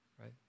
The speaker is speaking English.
right